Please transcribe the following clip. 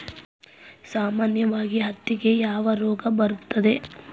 ಸಾಮಾನ್ಯವಾಗಿ ಹತ್ತಿಗೆ ಯಾವ ರೋಗ ಬರುತ್ತದೆ?